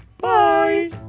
Bye